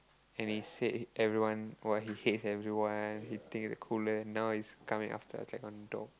and he said everyone what he hates everyone he think the cooler now he's coming after us like some dog